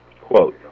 Quote